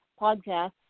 podcast